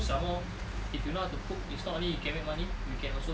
some more if you know how to cook it's not only you can make money you can also